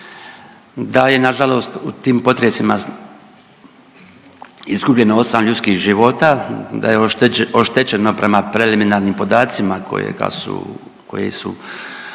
Tad je nažalost u tim potresima izgubljeno 8 ljudskih života, oštećeno prema preliminarnim podacima kojega su,